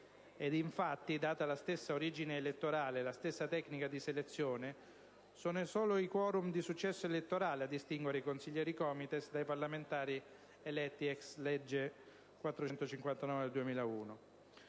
infatti, data la stessa origine elettorale e la stessa tecnica di selezione, sono solo i *quorum* di successo elettorale a distinguere i consiglieri COMITES dai parlamentari eletti *ex lege* n. 459 del 2001.